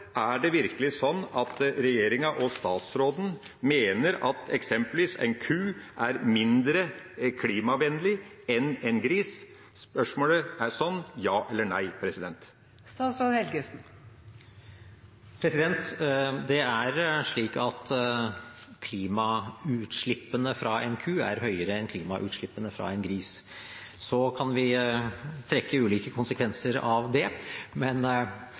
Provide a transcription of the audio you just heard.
Er det virkelig sånn at regjeringa og statsråden mener at eksempelvis en ku er mindre klimavennlig enn en gris – ja eller nei? Det er slik at klimagassutslippene fra en ku er høyere enn klimagassutslippene fra en gris. Så kan vi trekke ulike konsekvenser av det, men